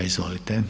Izvolite.